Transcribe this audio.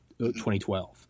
2012